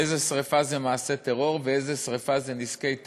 איזה שרפה זה מעשה טרור ואיזה שרפה זה נזקי טבע,